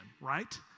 right